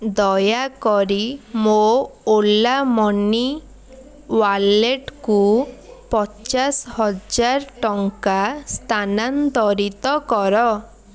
ଦୟାକରି ମୋ ଓଲା ମନି ୱାଲେଟ୍କୁ ପଚାଶ ହଜାରେ ଟଙ୍କା ସ୍ଥାନାନ୍ତରିତ କର